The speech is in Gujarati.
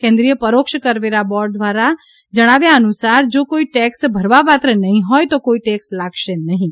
કેન્દ્રિય પરોક્ષ કરવેરા બોર્ડ દ્વારા જ્ન વાયા અનુસાર જો કોઈ ટેક્સ ભરવાપાત્ર નહીં હોય તો કોઈ ટેક્સ લાગશે નહીં